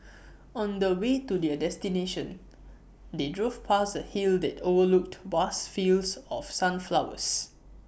on the way to their destination they drove past A hill that overlooked vast fields of sunflowers